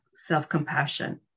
self-compassion